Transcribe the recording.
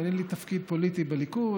אין לי תפקיד פוליטי בליכוד,